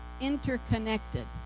interconnected